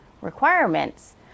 requirements